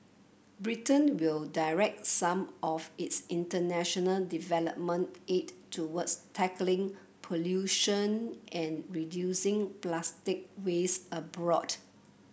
Britain will direct some of its international development aid towards tackling pollution and reducing plastic waste abroad